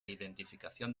identificación